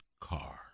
car